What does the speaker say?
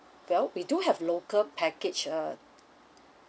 well we do have local package uh